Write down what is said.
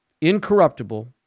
incorruptible